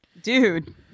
dude